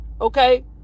okay